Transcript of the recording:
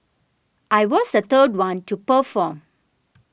I was the third one to perform